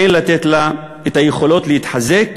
אין לתת לה יכולת להתחזק,